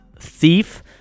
thief